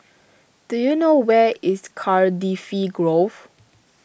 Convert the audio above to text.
do you know where is Cardifi Grove